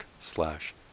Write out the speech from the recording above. slash